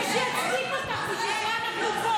זה לא רלוונטי.